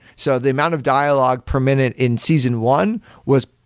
so the amount of dialogue per minute in season one was,